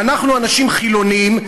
ואנחנו אנשים חילונים,